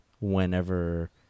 whenever